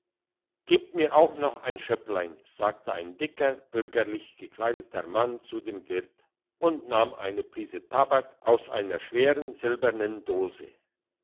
gebt mir auch noch ein schöpplein sagte ein dicker bürgerlich gekleideter mann zu dem wirt und nahm eine prise tabak aus einer schweren silbernen dose